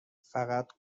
فقط